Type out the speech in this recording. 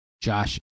Josh